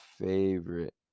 favorite